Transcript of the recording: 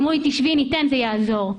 אמרו לי: תשבי, ניתן, זה יעזור.